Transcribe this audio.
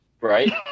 Right